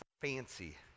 fancy